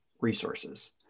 resources